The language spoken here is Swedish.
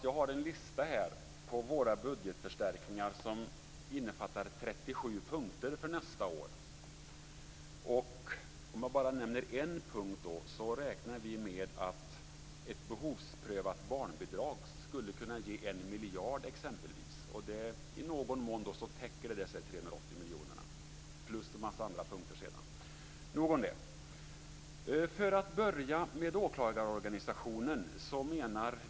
Jag har en lista på våra förslag till budgetförstärkningar som innefattar 37 punkter för nästa år. Jag kan nämna en punkt: Vi räknar med att ett behovsprövat barnbidrag skulle kunna ge 1 miljard kronor. Det täcker i någon mån dessa 380 miljoner kronor. Jag börjar med åklagarorganisationen.